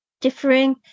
differing